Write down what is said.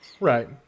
right